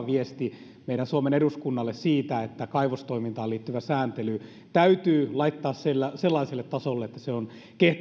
viesti meille suomen eduskunnalle siitä että kaivostoimintaan liittyvä sääntely täytyy laittaa sellaiselle tasolle että se on